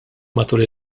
matul